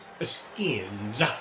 skins